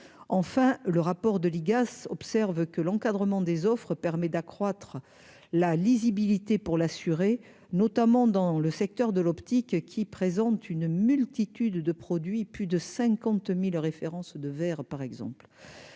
enfin, le rapport de l'IGAS, observe que l'encadrement des offres permet d'accroître la lisibilité pour l'assurer, notamment dans le secteur de l'optique qui présente une multitude de produits plus de 50000 références de verre par exemple,